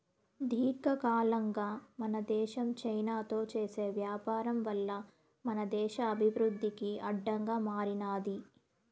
దీర్ఘకాలంగా మన దేశం చైనాతో చేసే వ్యాపారం వల్ల మన దేశ అభివృద్ధికి అడ్డంగా మారినాది